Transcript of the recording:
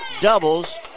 doubles